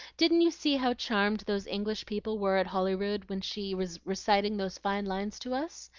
didn't you see how charmed those english people were at holyrood when she was reciting those fine lines to us?